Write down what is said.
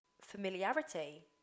familiarity